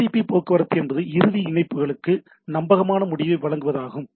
TCP போக்குவரத்து என்பது இறுதி இணைப்புகளுக்கு நம்பகமான முடிவை வழங்குவதற்கான ஆகும்